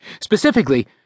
Specifically